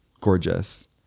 gorgeous